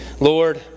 Lord